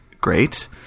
great